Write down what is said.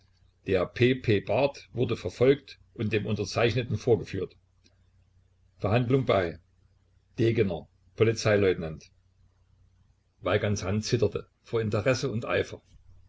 der p p barth wurde verfolgt und dem unterzeichneten vorgeführt verhandlung bei degener polizeileutnant weigands hand zitterte vor interesse und eifer